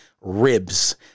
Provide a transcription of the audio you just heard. Ribs